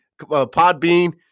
Podbean